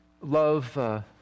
love